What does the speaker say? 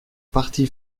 parti